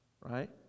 right